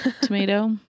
Tomato